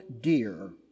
dear